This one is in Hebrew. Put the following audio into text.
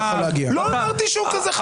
לא אמרתי שהוא כל כך תומך.